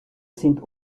sind